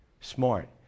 smart